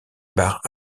barres